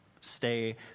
Stay